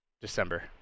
December